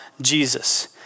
Jesus